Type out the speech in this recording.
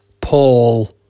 Paul